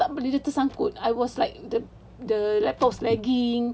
tak boleh dia tersangkut I was like the the laptop's lagging